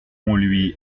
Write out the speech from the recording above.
lui